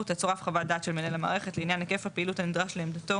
תצורף חוות דעת של מנהל המערכת לעניין היקף הפעילות הנדרש לעמדתו